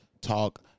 talk